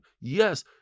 Yes